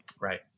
Right